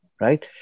Right